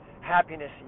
happiness